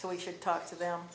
so we should talk to them